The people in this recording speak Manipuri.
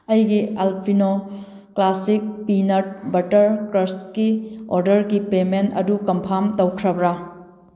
ꯑꯩꯒꯤ ꯑꯜꯄꯤꯅꯣ ꯀ꯭ꯂꯥꯁꯤꯛ ꯄꯤꯅꯠ ꯕꯇꯔ ꯀ꯭ꯔꯁꯀꯤ ꯑꯣꯔꯗꯔꯒꯤ ꯄꯦꯃꯦꯟ ꯑꯗꯨ ꯀꯟꯐꯥꯝ ꯇꯧꯈ꯭ꯔꯕ꯭ꯔꯥ